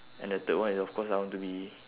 and the third one is of course I want to be